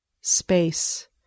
Space